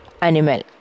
animal